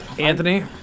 Anthony